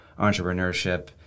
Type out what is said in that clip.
entrepreneurship